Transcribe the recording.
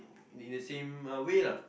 in the same way lah